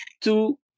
two